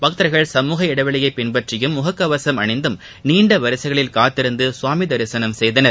பக்தர்கள் சமூக இடைவெளியை பின்பற்றியும் முகக்கவசம் அணிந்தும் நீண்டவரிசைகளில் காத்திருந்து சாமிதரிசனம் செய்தனர்